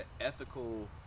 ethical